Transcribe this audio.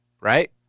right